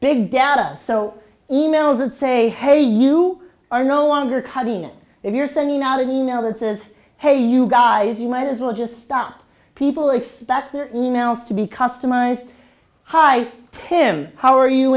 big data so e mails and say hey you are no longer cutting it if you're sending out an e mail that says hey you guys you might as well just stop people expect an email to be customized hi tim how are you